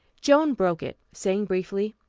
joan broke it, saying briefly,